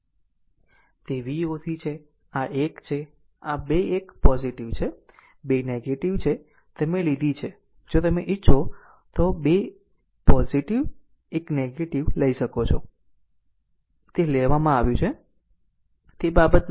તે Voc છે આ 1 છે અને 2 1 પોઝીટીવ છે 2 નેગેટીવ છે તમે લીધી છે જો તમે ઇચ્છો તો તમે 2 પોઝીટીવ 1 નેગેટીવ લઈ શકો છો તે લેવામાં આવ્યું તે બાબત નથી